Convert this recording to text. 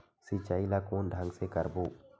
सिंचाई ल कोन ढंग से करबो?